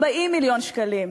40 מיליון שקלים.